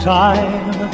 time